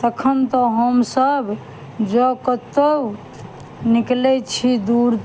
तखन तऽ हमसब जौॅं कतौ निकलै छी दूर